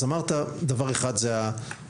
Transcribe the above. אז אמרת, דבר אחד זה הכלובים.